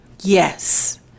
Yes